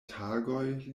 tagoj